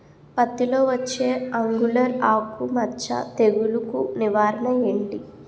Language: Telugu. పత్తి లో వచ్చే ఆంగులర్ ఆకు మచ్చ తెగులు కు నివారణ ఎంటి?